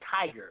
Tiger